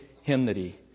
hymnody